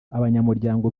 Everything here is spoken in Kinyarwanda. abanyamuryango